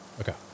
Okay